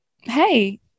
hey